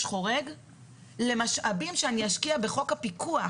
חורג למשאבי שאני אשקיע בחוק הפיקוח,